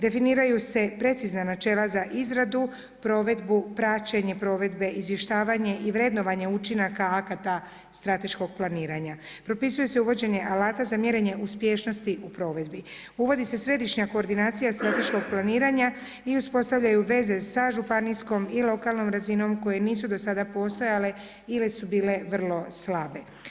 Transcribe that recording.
Definiraju se precizna načela za izradu, provedbu, praćenje provedbe, izvještavanje i vrednovanje učinaka akata strateškog planiranja, propisuje se uvođenje alata za mjerenje uspješnosti u provedbi, uvodi se središnja koordinacija strateškog planiranja i uspostavljaju veze sa županijskom i lokalnom razinom koje nisu do sada postojale ili su bile vrlo slabe.